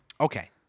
Okay